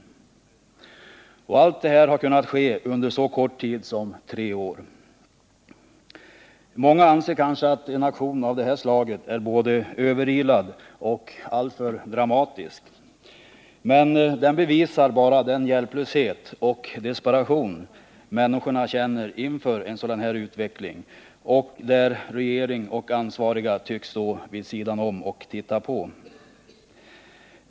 Och allt detta har kunnat ske under en så kort tid som tre år. Många anser kanske att en aktion av det här slaget är både överilad och alltför dramatisk. Men den bevisar bara den hjälplöshet och desperation människorna känner inför en sådan här utveckling, där regering och ansvariga tycks stå vid sidan om och titta på.